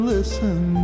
Listen